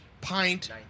pint